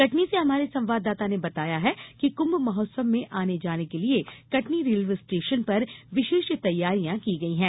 कटनी से हमारे संवाददाता ने बताया है कि कृंभ महोत्सव में आने जाने के लिए कटनी रेलवे स्टेशन पर विशेष तैयारियां की गई है